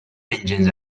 engines